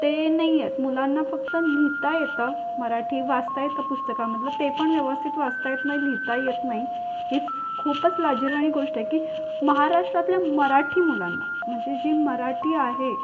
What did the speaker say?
ते नाही आहेत मुलांना फक्त लिहिता येतं मराठी वाचता येतं पुस्तकामधलं ते पण व्यवस्थित वाचता येत नाही लिहिताही येत नाही ही खूपच लाजिरवाणी गोष्ट आहे की महाराष्ट्रातल्या मराठी मुलांना म्हणजे जी मराठी आहे